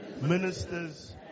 ministers